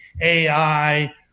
AI